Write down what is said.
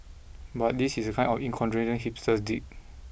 but this is the kind of incongruity hipsters dig